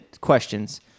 questions